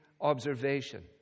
observation